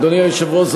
אדוני היושב-ראש,